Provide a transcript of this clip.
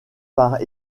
par